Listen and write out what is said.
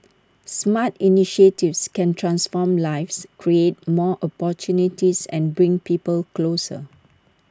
smart initiatives can transform lives create more opportunities and bring people closer